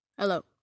Hello